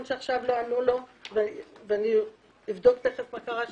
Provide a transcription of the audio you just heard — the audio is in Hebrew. שעכשיו לא ענו לו ואני אבדוק תכף מה קרה שם,